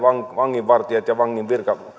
vanginvartijat ja